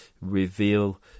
reveal